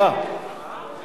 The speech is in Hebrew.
איפה זה